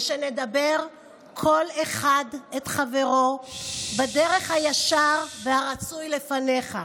ושנדבר כל אחד את חברו בדרך הישר והרצוי לפניך.